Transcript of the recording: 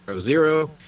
zero